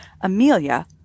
Amelia